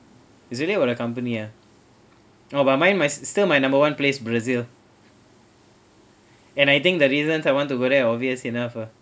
usually for accompany ya oh but mine my sister my number one place brazil and I think the reasons I want to go there obvious enough ah